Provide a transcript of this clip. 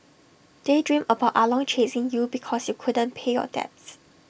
daydream about ah long chasing you because you couldn't pay your debts